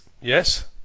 Yes